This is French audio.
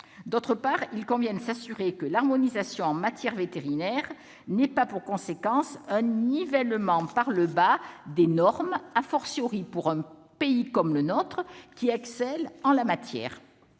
D'une part, il convient de s'assurer que l'harmonisation en matière vétérinaire n'a pas pour conséquence un nivellement par le bas des normes, dans un pays comme le nôtre, qui excelle en la matière.